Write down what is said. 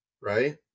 right